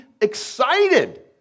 excited